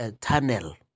tunnel